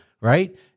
Right